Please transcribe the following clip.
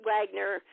Wagner